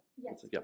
Yes